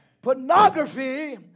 Pornography